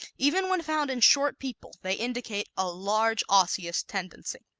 even when found in short people they indicate a large osseous tendency.